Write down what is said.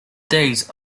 these